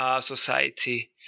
society